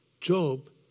Job